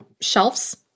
shelves